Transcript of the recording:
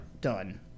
Done